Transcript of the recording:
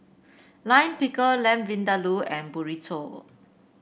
Lime Pickle Lamb Vindaloo and Burrito